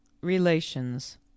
Relations